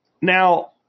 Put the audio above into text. Now